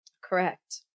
Correct